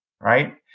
right